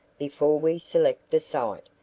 before we select a site,